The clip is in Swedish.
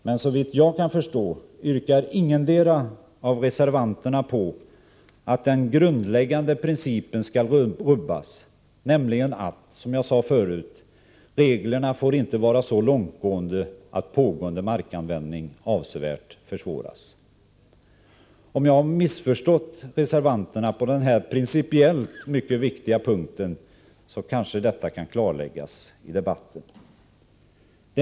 Men så vitt jag kan förstå yrkar ingendera av reservanterna på att den grundläggande principen skall rubbas, nämligen att, som det sades förut, reglerna inte får vara så långtgående att pågående markanvändning avsevärt försvåras. Om jag har missförstått reservanterna på denna principiellt mycket viktiga punkt, kan detta kanske klarläggas i debatten.